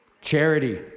charity